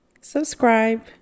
Subscribe